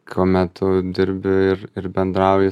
kuomet tu dirbi ir ir bendrauji